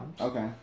okay